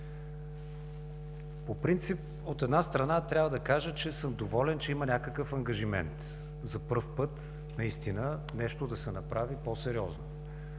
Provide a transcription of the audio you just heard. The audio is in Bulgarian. По принцип, от една страна, трябва да кажа, че съм доволен, че има някакъв ангажимент – за пръв път наистина нещо да се направи по-сериозно.